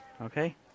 Okay